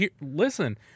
Listen